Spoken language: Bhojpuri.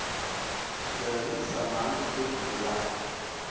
जैविक समान शुद्ध होला